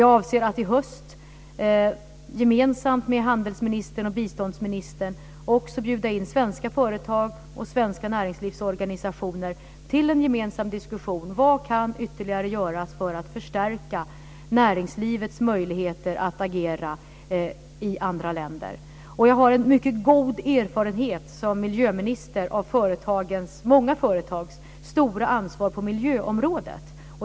Jag avser att i höst gemensamt med handelsministern och biståndsministern bjuda in svenska företag och svenska näringslivsorganisationer till en gemensam diskussion om vad som ytterligare kan göras för att förstärka näringslivets möjligheter att agera i andra länder. Efter min tid som miljöminister har jag en mycket god erfarenhet av många företags stora ansvar på miljöområdet.